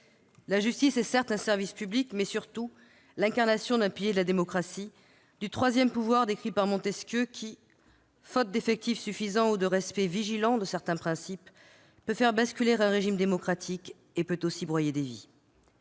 La justice est, certes, un service public, mais c'est surtout l'incarnation d'un pilier de la démocratie, du « troisième pouvoir » décrit par Montesquieu. Faute d'effectifs suffisants ou de respect vigilant de certains principes, elle peut faire basculer un régime démocratique, et également broyer des vies.